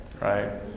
right